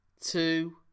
two